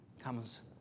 comes